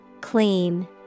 Clean